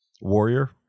Warrior